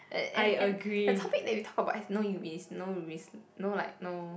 a~ and and the topic that we talk about has no risk no risk no like no